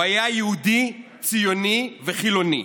הוא היה יהודי ציוני וחילוני.